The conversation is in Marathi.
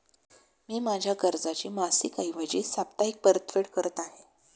मी माझ्या कर्जाची मासिक ऐवजी साप्ताहिक परतफेड करत आहे